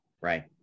right